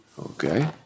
okay